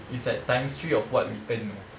it's like times three of what we earn know